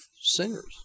singers